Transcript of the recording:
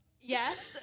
Yes